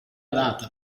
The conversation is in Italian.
data